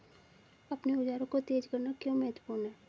अपने औजारों को तेज करना क्यों महत्वपूर्ण है?